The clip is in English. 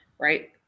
right